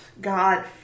God